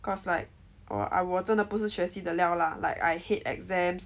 cause like or 我真的不是学习的料 lah like I hate exams